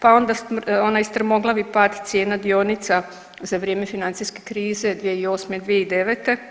Pa onda onaj strmoglavi pad cijena dionica za vrijeme financijske krize 2008., 2009.